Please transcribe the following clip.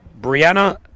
Brianna